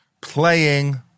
playing